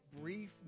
brief